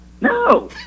no